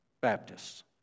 Baptists